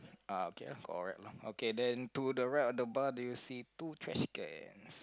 ah okay lah correct lah okay then to the right of the bar do you see two trash cans